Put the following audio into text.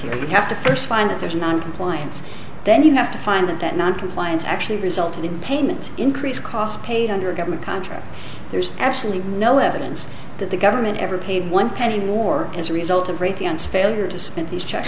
you have to first find that there's noncompliance then you have to find that that noncompliance actually resulted in payment increase cost paid under a government contract there's absolutely no evidence that the government ever paid one penny war as a result of radiance failure to submit these checks